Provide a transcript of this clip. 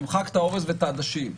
נמחק את האורז ואת העדשים.